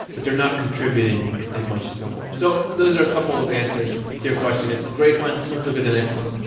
but they're not contributing as much to the whole. so, those are a couple of answers to your question. it's a great one. let's look at the next one.